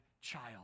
child